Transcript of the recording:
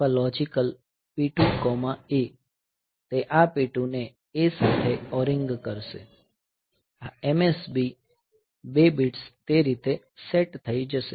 અથવા logical P2 A તે આ P2 ને A સાથે ઓરિંગ કરશે આ MSB 2 બિટ્સ તે રીતે સેટ થઈ જશે